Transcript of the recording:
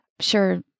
sure